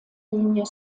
linie